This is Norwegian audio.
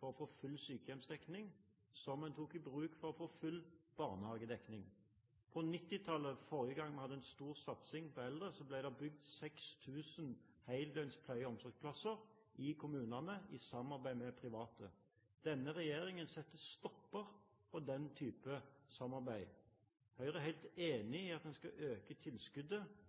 for å få full sykehjemsdekning, som de tok i bruk for å få full barnehagedekning. På 1990-tallet – forrige gang vi hadde en stor satsing på eldre – ble det bygget 6 000 heldøgns pleie- og omsorgsplasser i kommunene, i samarbeid med private. Denne regjeringen setter en stopper for den type samarbeid. Høyre er helt enig i at en skal øke tilskuddet